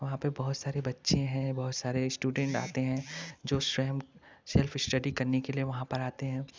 वहाँ पर बहुत सारे बच्चे हैं बहुत सारे श्टूडेंट आते हैं जो स्वयं सेल्फ श्टडी करने के लिए वहाँ पर आते हैं